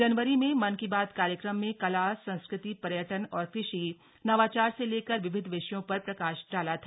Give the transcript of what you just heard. जनवरी मे मन की बात कार्यक्रम में कला संस्कृति पर्यटन और कृषि नवाचार से लेकर विविध विषयों पर प्रकाश डाला था